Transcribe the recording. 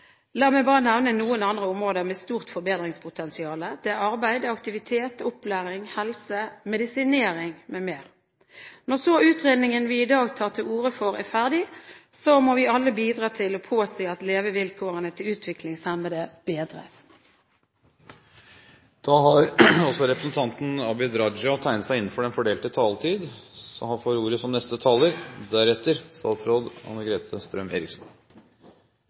La meg bare nevne noen andre områder med stort forbedringspotensial: arbeid, aktivitet, opplæring, helse, medisinering m.m. Når så utredningen vi i dag tar til orde for, er ferdig, må vi alle bidra til å påse at levevilkårene til utviklingshemmede bedres. Jeg vil starte med å uttrykke glede over at en enstemmig helse- og omsorgskomité har